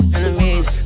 Enemies